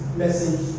message